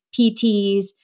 PTs